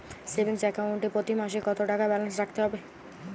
Savings account এ প্রতি মাসে কতো টাকা ব্যালান্স রাখতে হবে?